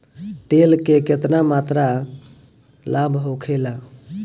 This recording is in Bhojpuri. तेल के केतना मात्रा लाभ होखेला?